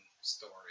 story